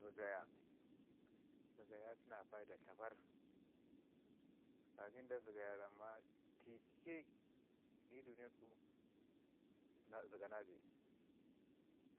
zəgaya, zəgaya atu na paida tlaparr. ka ki nda zəgaya ramma duniya tike ii tuku zagana bee